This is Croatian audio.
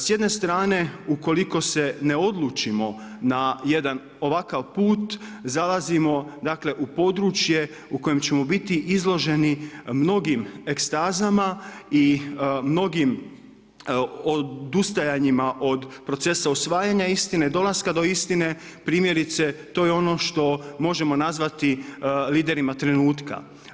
S jedne strane ukoliko se ne odlučimo na jedan ovakav put zalazimo dakle u područje u kojem ćemo biti izloženi mnogim ekstazama i mnogim odustajanjima od procesa osvajanja istine i dolaska do istine primjerice to je ono što možemo nazvati liderima trenutka.